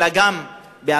אלא גם באל-אקצא,